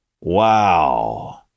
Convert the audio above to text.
Wow